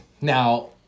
now